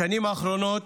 בשנים האחרונות